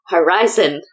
Horizon